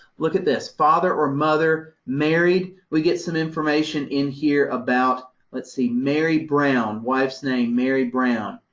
look at this. father or mother, married. we get some information in here about, let's see, mary brown, wife's name, mary brown.